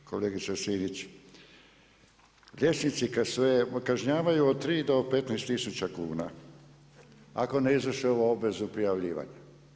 Da kolegice Linić, liječnici kad se kažnjavaju od 3 do 15 tisuća kuna, ako ne izvrše ovu obvezu prijavljivanja.